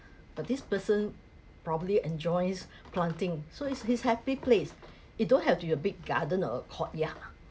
but this person probably enjoys planting so his his happy place it don't have to a big garden or a courtyard